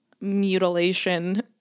mutilation